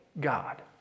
God